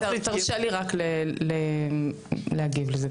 תרשה לי רק להגיב לזה.